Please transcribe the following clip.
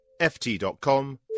ft.com